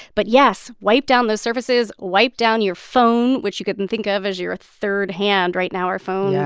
but, yes, wipe down those surfaces. wipe down your phone, which you could and think of as your third hand. right now, our phone. yeah.